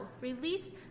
release